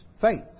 faith